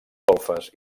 golfes